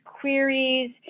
queries